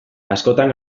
askotan